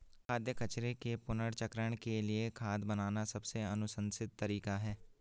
खाद्य कचरे के पुनर्चक्रण के लिए खाद बनाना सबसे अनुशंसित तरीका है